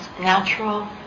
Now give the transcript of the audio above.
natural